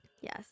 Yes